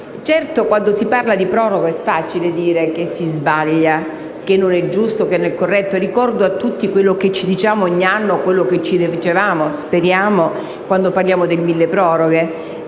Certo, quando si parla di proroghe è facile dire che si sbaglia, che non è giusto e non è corretto. Ricordo a tutti quello che ci diciamo ogni anno, o che (speriamo) dicevamo, quando parliamo di milleproroghe.